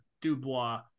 Dubois